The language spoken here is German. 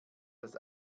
das